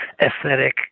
aesthetic